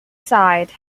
site